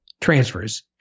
transfers